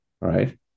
right